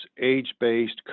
age-based